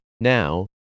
Now